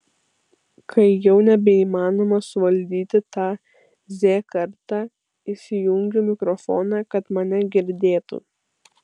kai jau nebeįmanoma suvaldyti tą z kartą įsijungiu mikrofoną kad mane girdėtų